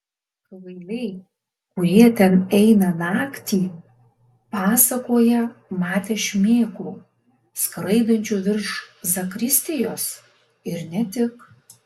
kvailiai kurie ten eina naktį pasakoja matę šmėklų skraidančių virš zakristijos ir ne tik